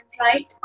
right